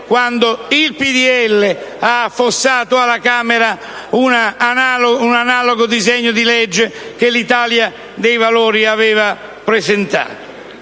quando il PdL ha affossato alla Camera un analogo disegno di legge che l'Italia dei Valori aveva presentato.